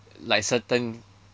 like certain